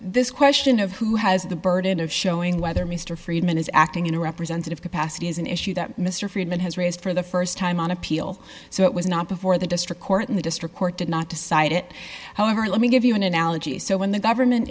this question of who has the burden of showing whether mr friedman is acting in a representative capacity is an issue that mr friedman has raised for the st time on appeal so it was not before the district court in the district court did not decide it however let me give you an analogy so when the government